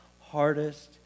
hardest